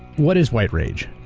what is white rage?